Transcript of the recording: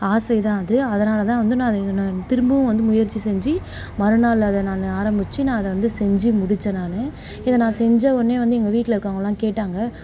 ஆசைதான் அது அதனாலதான் வந்து நான் திரும்பவும் வந்து முயற்சி செஞ்சு மறுநாள் அதை நான் ஆரம்பித்து நான் அதை வந்து செஞ்சு முடித்தேன் நான் இதை நான் செஞ்ச உடனே வந்து எங்கள் வீட்டில் இருக்கறவங்கலாம் கேட்டாங்க